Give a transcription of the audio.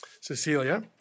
Cecilia